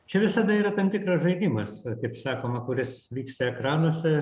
čia visada yra tam tikras žaidimas kaip sakoma kuris vyks ekranuose